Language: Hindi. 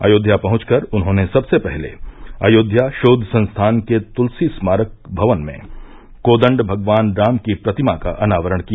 अयोध्या पहंच कर उन्होंने सबसे पहले अयोध्या शोध संस्थान के तुलसी स्मारक भवन में कोदण्ड भगवान राम की प्रतिमा का अनावरण किया